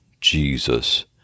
Jesus